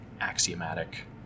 axiomatic